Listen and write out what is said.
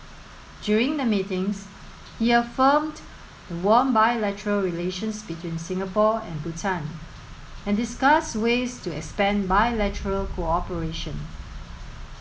during the meetings he affirmed the warm bilateral relations between Singapore and Bhutan and discussed ways to expand bilateral cooperation